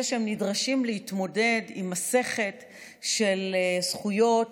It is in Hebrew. שהם נדרשים להתמודד עם מסכת של זכויות